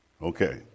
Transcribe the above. Okay